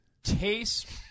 taste